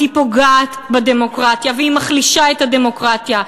היא פוגעת בדמוקרטיה והיא מחלישה את הדמוקרטיה,